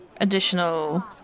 additional